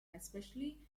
especially